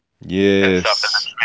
Yes